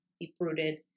deep-rooted